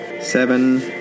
Seven